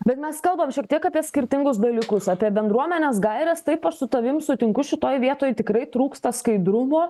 bet mes kalbam šiek tiek apie skirtingus dalykus apie bendruomenės gaires taip aš su tavim sutinku šitoje vietoj tikrai trūksta skaidrumo